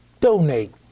donate